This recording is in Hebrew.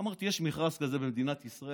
אמרתי: יש מכרז כזה במדינת ישראל?